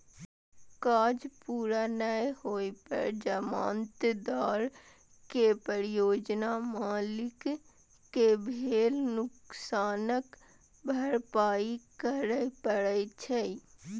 काज पूरा नै होइ पर जमानतदार कें परियोजना मालिक कें भेल नुकसानक भरपाइ करय पड़ै छै